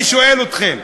אני שואל אתכם.